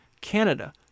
Canada